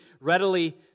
readily